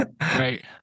Right